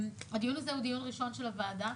הדיון הזה הוא דיון ראשון של הוועדה.